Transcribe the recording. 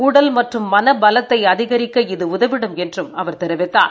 உடல் மற்றும் மனபலத்தை அதிகிக்க இது உதவிடும் என்றும் அவர் தெரிவித்தார்